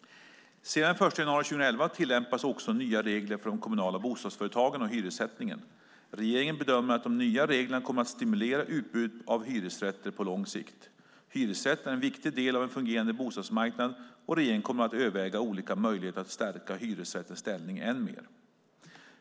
Sedan den 1 januari 2011 tillämpas också nya regler för de kommunala bostadsföretagen och hyressättningen. Regeringen bedömer att de nya reglerna kommer att stimulera utbudet av hyresrätter på lång sikt. Hyresrätten är en viktig del av en fungerande bostadsmarknad, och regeringen kommer att överväga olika möjligheter att stärka hyresrättens ställning ännu mer.